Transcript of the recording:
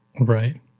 Right